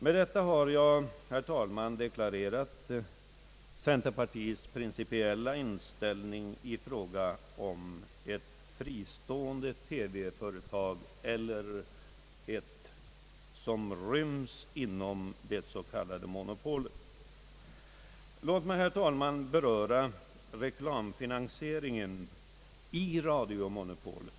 Med detta har jag, herr talman, deklarerat centerpartiets principiella inställ ning till frågan om TV-företaget skall vara fristående eller inrymmas i det s.k. monopolet. Låt mig, herr talman, sedan beröra reklamfinansieringen i radiomonopolet!